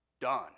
done